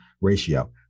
ratio